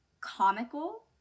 comical